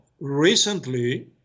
recently